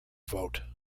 vote